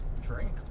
drink